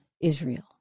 Israel